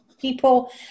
people